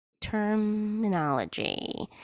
Terminology